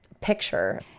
picture